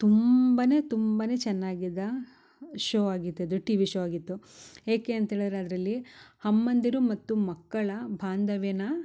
ತುಂಬಾನೆ ತುಂಬಾನೆ ಚೆನ್ನಾಗಿದ ಶೋ ಆಗಿತ್ತು ಅದು ಟಿವಿ ಶೋ ಆಗಿತ್ತು ಏಕೆ ಅಂತೇಳಿದರೆ ಅದರಲ್ಲಿ ಅಮ್ಮಂದಿರು ಮತ್ತು ಮಕ್ಕಳ ಬಾಂಧವ್ಯನ